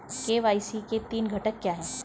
KYC के तीन घटक क्या हैं?